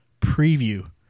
preview